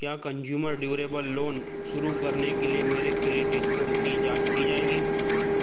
क्या consumer durable loan शुरू करने के लिए मेरे क्रेडिट स्कोर की जाँच की जाएगी